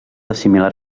assimilar